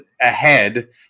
ahead